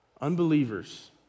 Unbelievers